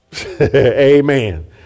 Amen